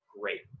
great